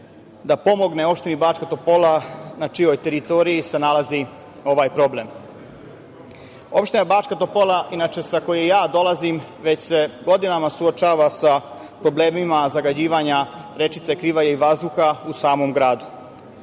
da pomogne opštini Bačka Topola na čijoj teritoriji se nalazi ovaj problem? Opština Bačka Topola, inače iz koje ja dolazim, već se godinama suočava sa problemima zagađivanja rečice Krivaje i vazduha u samom gradu.